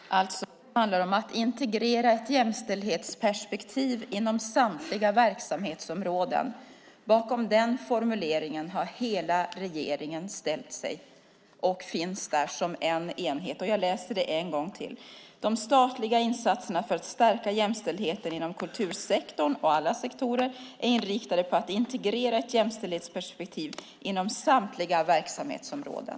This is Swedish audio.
Herr talman! Allt som handlar om att integrera ett jämställdhetsperspektiv inom samtliga verksamhetsområden är en formulering som hela regeringen har ställt sig bakom. Jag läser upp hela meningen en gång till: De statliga insatserna för att stärka jämställdheten inom kultursektorn och alla sektorer är inriktade på att integrera ett jämställdhetsperspektiv inom samtliga verksamhetsområden.